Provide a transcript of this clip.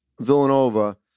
Villanova